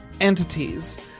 entities